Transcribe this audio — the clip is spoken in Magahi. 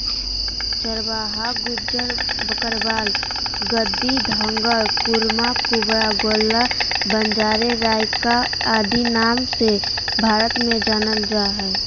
चरवाहा गुज्जर, बकरवाल, गद्दी, धंगर, कुरुमा, कुरुबा, गोल्ला, बंजारे, राइका आदि नाम से भारत में जानल जा हइ